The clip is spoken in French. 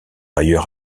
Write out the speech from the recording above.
ailleurs